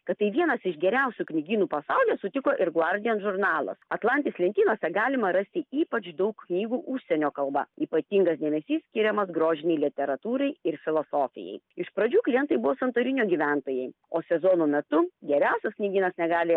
kad tai vienas iš geriausių knygynų pasaulyje sutiko ir guardian žurnalas atlantis lentynose galima rasti ypač daug knygų užsienio kalba ypatingas dėmesys skiriamas grožinei literatūrai ir filosofijai iš pradžių klientai buvo santorinio gyventojai o sezono metu geriausias knygynas negali